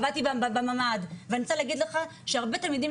עבדתי בממ"ד ואני רוצה להגיד לך שהרבה תלמידים